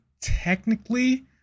technically